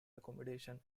accommodation